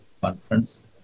Conference